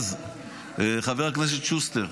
חבר הכנסת שוסטר.